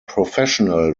professional